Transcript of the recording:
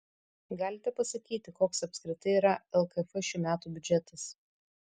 galite pasakyti koks apskritai yra lkf šių metų biudžetas